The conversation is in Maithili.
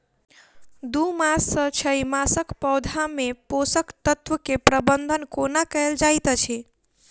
दू मास सँ छै मासक पौधा मे पोसक तत्त्व केँ प्रबंधन कोना कएल जाइत अछि?